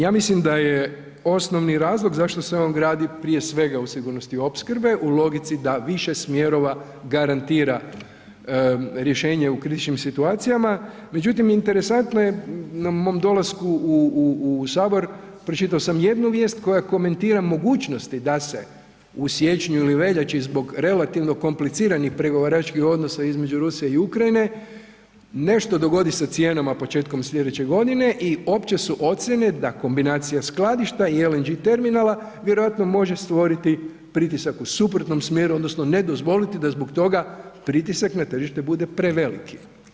Ja mislim da je osnovi razlog zašto se on gradi prije svega u sigurnosti opskrbe u logici da više smjerova garantira rješenje u kritičnim situacijama, međutim interesantno je mom dolasku u HS pročitao sam jednu vijest koja komentira mogućnosti da se u siječnju ili veljači zbog relativno kompliciranih pregovaračkih odnosa između Rusije i Ukrajine nešto dogodi sa cijenama početkom slijedeće godine i opće su ocjene da kombinacija skladišta i LNG terminala vjerojatno može stvoriti pritisak u suprotnom smjeru odnosno ne dozvoliti da zbog toga pritisak na tržište bude preveliki.